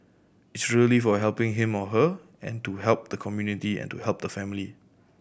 it's really for helping him or her and to help the community and to help the family